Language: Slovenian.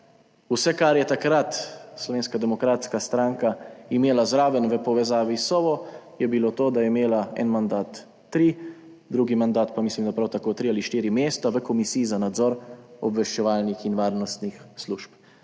Vse, kar je takrat Slovenska demokratska stranka imela zraven v povezavi s Sovo, je bilo to, da je imela en mandat tri, drugi mandat pa mislim, da prav tako tri ali štiri mesta v Komisiji za nadzor obveščevalnih in varnostnih služb.